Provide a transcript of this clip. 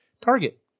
Target